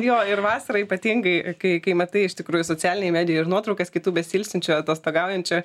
jo ir vasarą ypatingai kai kai matai iš tikrųjų socialinėj medijoj ir nuotraukas kitų besiilsinčių atostogaujančių